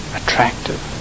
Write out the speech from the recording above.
attractive